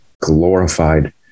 glorified